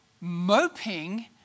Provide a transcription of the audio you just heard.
moping